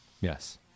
Yes